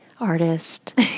artist